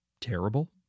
terrible